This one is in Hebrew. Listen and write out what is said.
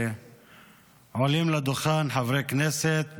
שעולים לדוכן חברי הכנסת,